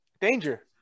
Danger